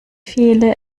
viele